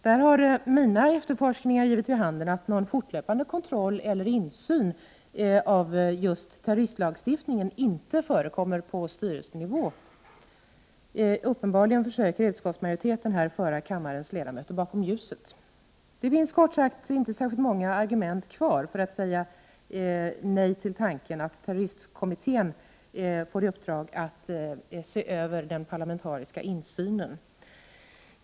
Där har mina efterforskningar givit vid handen att någon fortlöpande kontroll av eller insyn i terroristlagstiftningen inte förekommer på styrelsenivå. Uppenbarligen försöker utskottsmajoriteten här föra kammarens ledamöter bakom ljuset. Det finns kort sagt inte särskilt många argument kvar för att säga nej till tanken att terroristkommittén bör få i uppdrag att se över den parlamentariska insynen.